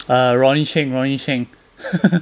err ronny cheng ronny cheng